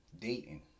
dating